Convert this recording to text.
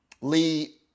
Lee